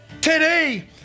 Today